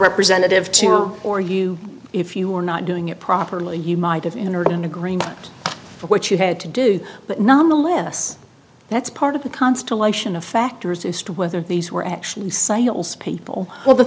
representative to her or you if you are not doing it properly you might have entered an agreement for what you had to do but nama lists that's part of the constellation of factors as to whether these were actually salespeople or th